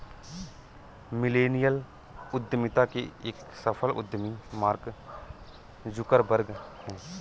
millennial उद्यमिता के एक सफल उद्यमी मार्क जुकरबर्ग हैं